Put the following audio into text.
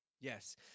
yes